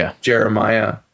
Jeremiah